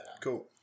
cool